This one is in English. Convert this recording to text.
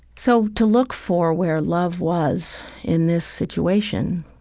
so to look for where love was in this situation,